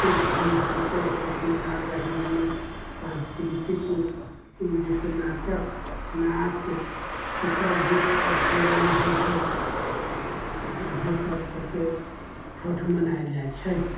खूब धूमधामसँ छठ मनाओल जाइ छै जाहिमे सांस्कृतिक जैसे नाटक नाच इसब भी छठ पूजामे होइ छै इएहे सब कए कऽ छठ मनायल जाइ छै